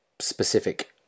specific